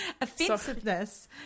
offensiveness